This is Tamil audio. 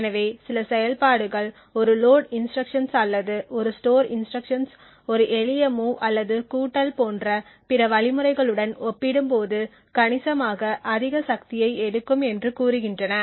எனவே சில செயல்பாடுகள் ஒரு லோட் இன்ஸ்ட்ருக்ஷன்ஸ் அல்லது ஒரு ஸ்டோர் இன்ஸ்ட்ருக்ஷன்ஸ் ஒரு எளிய மூவ் அல்லது கூட்டல் போன்ற பிற வழிமுறைகளுடன் ஒப்பிடும்போது கணிசமாக அதிக சக்தியை எடுக்கும் என்று கூறுகின்றன